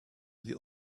the